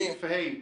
סעיף ה.